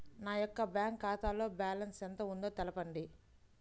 నా యొక్క బ్యాంక్ ఖాతాలో బ్యాలెన్స్ ఎంత ఉందో తెలపండి?